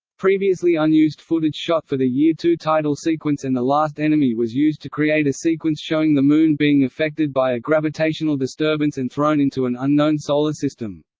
previously unused footage shot for the year two title sequence and the last enemy was used to create a sequence showing the moon being affected by a gravitational disturbance and thrown into an unknown solar system.